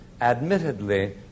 admittedly